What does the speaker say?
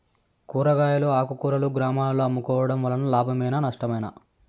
కూరగాయలు ఆకుకూరలు గ్రామాలలో అమ్ముకోవడం వలన లాభమేనా నష్టమా?